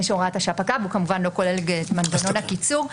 שהוראת השעה פקעה והוא כמובן לא כולל את מנגנון הקיצור.